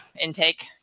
intake